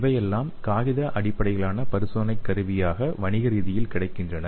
இவையெல்லாம் காகித அடிப்படையிலான பரிசோதனை கருவியாக வணிகரீதியில் கிடைக்கின்றன